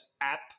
app